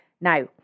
Now